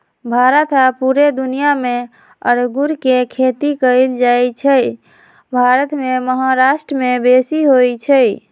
भारत आऽ पुरे दुनियाँ मे अङगुर के खेती कएल जाइ छइ भारत मे महाराष्ट्र में बेशी होई छै